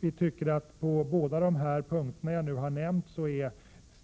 Vi anser dock att regeringens förslag på båda dessa punkter